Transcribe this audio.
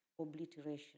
obliteration